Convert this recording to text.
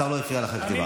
השר לא הפריע לך כשדיברת.